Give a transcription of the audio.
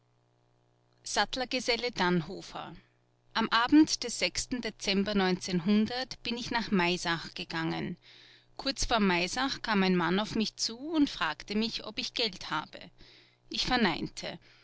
sattlergeselle dannhofer am abend des dezember bin ich nach maisach gegangen kurz vor maisach kam ein mann auf mich zu und fragte mich ob ich geld habe ich verneinte